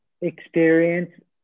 experience